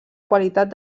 qualitat